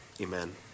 Amen